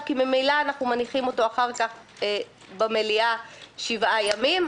כי ממילא אנחנו מניחים אותו אחר כך במליאה שבעה ימים.